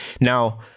Now